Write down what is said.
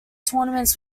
tournaments